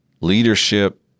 leadership